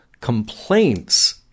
complaints